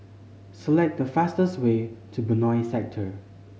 select the fastest way to Benoi Sector